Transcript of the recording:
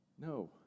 No